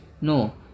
No